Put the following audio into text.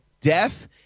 deaf